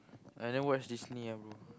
I never watch Disney ah bro